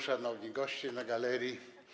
Szanowni Goście na Galerii!